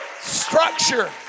structure